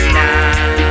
now